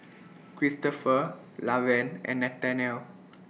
Kristopher Lavern and Nathanial